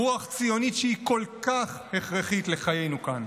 רוח ציונית שהיא כל כך הכרחית לחיינו כאן,